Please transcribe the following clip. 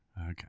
Okay